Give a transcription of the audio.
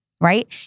right